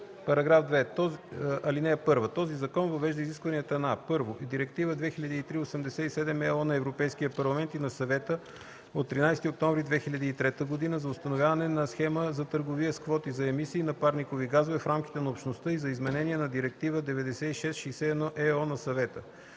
на § 2: „§ 2. (1) Този закон въвежда изискванията на: 1. Директива 2003/87/ЕО на Европейския парламент и на Съвета от 13 октомври 2003 г. за установяване на схема за търговия с квоти за емисии на парникови газове в рамките на Общността и за изменение на Директива 96/61/ЕО на Съвета;